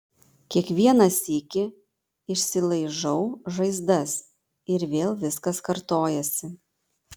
kiekvieną sykį išsilaižau žaizdas ir vėl viskas kartojasi